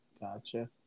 Gotcha